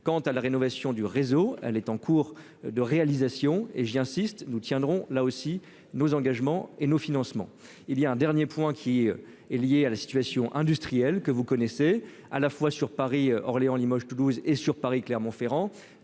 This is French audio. quant à la rénovation du réseau, elle est en cours de réalisation, et j'insiste, nous tiendrons là aussi nos engagements et nos financements il y a un dernier point qui est lié à la situation industrielle que vous connaissez, à la fois sur Paris, Orléans, Limoges, Toulouse et sur Paris-Clermont-Ferrand